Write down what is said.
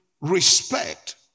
respect